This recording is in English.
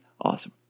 awesome